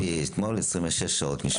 אני סיימתי אתמול 26 שעות משמרת כאן.